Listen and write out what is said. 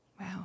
wow